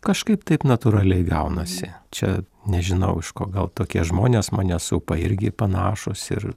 kažkaip taip natūraliai gaunasi čia nežinau iš ko gal tokie žmonės mane supa irgi panašūs ir